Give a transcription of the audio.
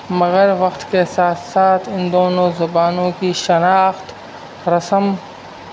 مگر وقت کے ساتھ ساتھ ان دونوں زبانوں کی شناخت رسم